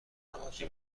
عادی